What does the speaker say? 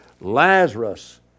Lazarus